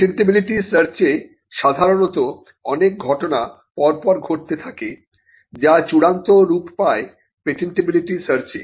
patentability সার্চে সাধারণত অনেক ঘটনা পরপর ঘটতে থাকে যা চূড়ান্ত রূপ পায় পেটেন্টিবিলিটি সার্চে